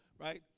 right